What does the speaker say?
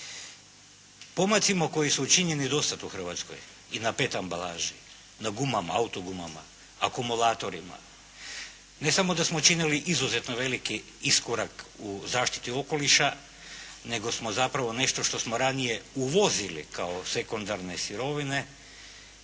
Pomacima koji su učinjeni do sada u Hrvatskoj i na pet ambalaži, na gumama, auto gumama, akumulatorima ne samo da smo učinili izuzetno veliki iskorak u zaštiti okoliša nego što smo zapravo nešto što smo ranije uvozili kao sekundarne sirovine